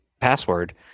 password